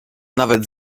nawet